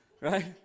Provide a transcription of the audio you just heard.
right